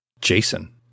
Jason